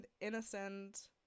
innocent